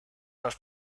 los